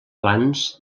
plans